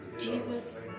Jesus